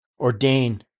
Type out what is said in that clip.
ordain